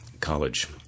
College